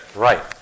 right